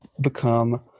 become